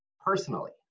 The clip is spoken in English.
personally